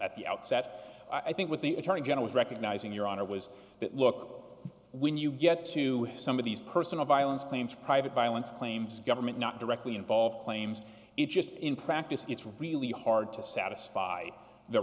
at the outset i think what the attorney general is recognizing your honor was that look when you get to some of these personal violence claims private violence claims government not directly involved claims it's just in practice it's really hard to satisfy the